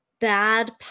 bad